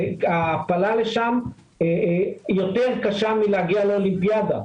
ההעפלה לשם יותר קשה מהגעה לאולימפיאדה,